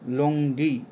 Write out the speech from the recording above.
লংডি